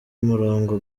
umurongo